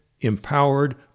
empowered